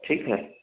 ٹھیک ہے